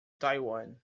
taiwan